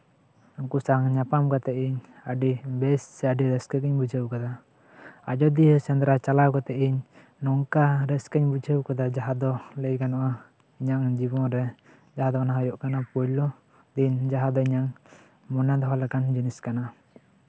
ᱩᱱᱠᱩ ᱥᱟᱝ ᱧᱟᱯᱟᱢ ᱠᱟᱛᱮᱜ ᱤᱧ ᱟᱹᱰᱤ ᱵᱮᱥ ᱥᱮ ᱟᱹᱰᱤ ᱨᱟᱹᱥᱠᱟᱹ ᱜᱤᱧ ᱵᱩᱡᱷᱟᱹᱣ ᱠᱟᱫᱟ ᱟᱡᱳᱫᱤᱭᱟᱹ ᱥᱮᱸᱫᱽᱨᱟ ᱪᱟᱞᱟᱣ ᱠᱟᱛᱮᱜ ᱱᱚᱝᱠᱟ ᱨᱟᱹᱥᱠᱟᱹᱧ ᱵᱩᱡᱷᱟᱹᱣ ᱠᱟᱫᱟ ᱡᱟᱦᱟᱸ ᱫᱚ ᱞᱟᱹᱭ ᱜᱟᱱᱚᱜᱼᱟ ᱡᱤᱵᱚᱱᱨᱮ ᱡᱟᱦᱟᱸ ᱫᱚ ᱚᱱᱟ ᱦᱩᱭᱩᱜ ᱠᱟᱱᱟ ᱯᱳᱭᱞᱳ ᱫᱤᱱ ᱡᱟᱦᱟᱸ ᱫᱚ ᱤᱧᱟᱹᱜ ᱢᱚᱱᱮ ᱫᱚᱦᱚ ᱞᱮᱠᱟᱱ ᱡᱤᱱᱤᱥ ᱠᱟᱱᱟ